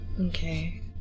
Okay